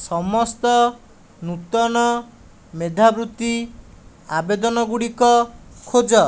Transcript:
ସମସ୍ତ ନୂତନ ମେଧାବୃତ୍ତି ଆବେଦନ ଗୁଡ଼ିକ ଖୋଜ